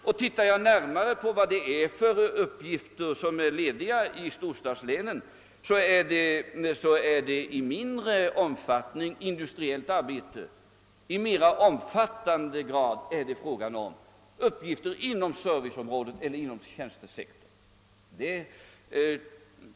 Om man närmare studerar vilka befattningar som är lediga i storstadslänen finner man att det i mindre omfattning gäller industriellt arbete och i större omfattning är fråga om uppgifter inom serviceområdet eller tjänstesektorn.